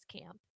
camp